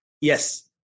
Yes